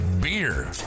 beer